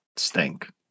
stink